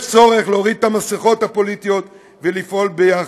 יש צורך להוריד את המסכות הפוליטיות ולפעול יחד.